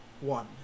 one